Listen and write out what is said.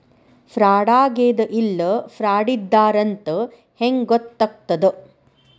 ಫ್ರಾಡಾಗೆದ ಇಲ್ಲ ಫ್ರಾಡಿದ್ದಾರಂತ್ ಹೆಂಗ್ ಗೊತ್ತಗ್ತದ?